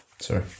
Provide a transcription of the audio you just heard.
sorry